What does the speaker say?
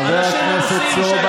חברת הכנסת דיסטל,